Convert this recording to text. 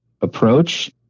approach